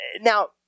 Now